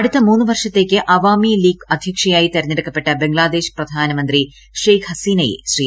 അടുത്ത മൂന്ന് വർഷത്തേക്ക് അവാമി ലീഗ് അദ്ധ്യക്ഷയായി തെരഞ്ഞെടുക്കപ്പെട്ട ബംഗ്ലാദേശ് പ്രധാനമന്ത്രി ഷെയ്ഖ് ഹസീനയെ ശ്രീ